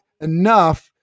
enough